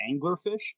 anglerfish